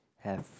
have